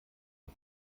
das